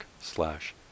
slash